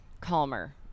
calmer